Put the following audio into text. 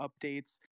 updates